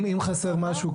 אם חסר משהו,